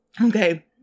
Okay